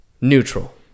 neutral